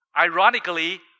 ironically